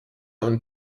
und